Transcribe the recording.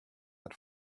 had